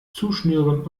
zuschnüren